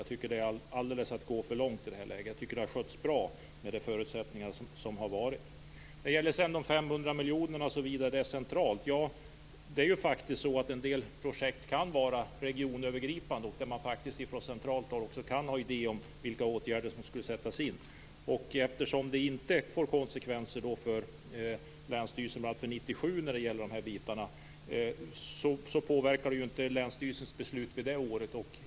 Jag tycker att det är att gå för långt i det här läget. Det har skötts bra utifrån de förutsättningar som varit. Lennart Hedquist sade att det var fråga om en centralisering med de 500 miljonerna. En del projekt kan ju vara regionövergripande, och man kan från centralt håll faktiskt ha idéer om vilka åtgärder som skall sättas in. Eftersom det inte får några konsekvenser för länsstyrelserna 1997 i dessa avseenden, påverkar det inte länsstyrelsernas beslut för det året.